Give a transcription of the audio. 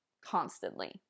constantly